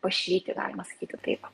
pašlyti galima sakyti taip